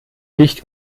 nicht